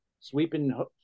Sweeping